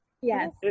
yes